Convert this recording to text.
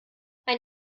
ein